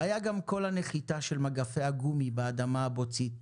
והיה גם קול הנחיתה של מגפי הגומי באדמה הבוצית.